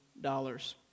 dollars